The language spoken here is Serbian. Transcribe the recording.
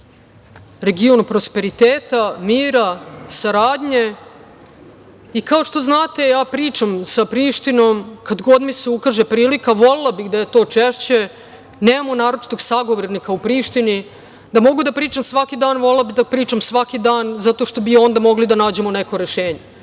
region prosperiteta, mira, saradnje i kao što znate, ja pričam sa Prištinom kad god mi se ukaže prilika. Volela bih da je to češće. Nemamo naročitog sagovornika u Priština. Da mogu da pričam svaki dan, a volela bih pričam svaki dan zato što bi onda mogli da nađemo neko rešenje